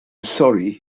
sorry